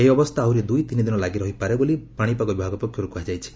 ଏହି ଅବସ୍ଥା ଆହୁରି ଦୁଇ ତିନିଦିନ ଲାଗିରହିପାରେ ବୋଲି ପାଣିପାଗ ବିଭାଗ ପକ୍ଷରୁ କୁହାଯାଇଛି